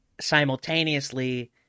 Simultaneously